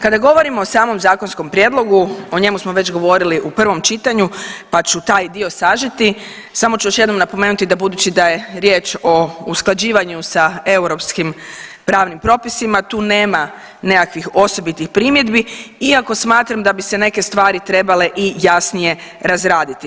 Kada govorimo o samom zakonskom prijedlogu, o njemu smo već govorili u prvom čitanju pa ću taj dio sažeti, samo ću još jednom napomenuti da budući da je riječ o usklađivanju sa europskim pravnim propisima tu nema nekakvih osobitih primjedbi, iako smatram da bi se neke stvari trebale i jasnije razraditi.